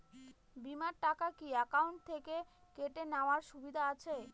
বিমার টাকা কি অ্যাকাউন্ট থেকে কেটে নেওয়ার সুবিধা আছে?